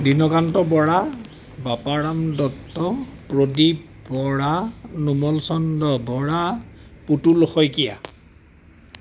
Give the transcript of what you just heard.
Dinkanta Bora Baparam Dutta Pradip Bora Nomal Chandra Bora Putul Saikia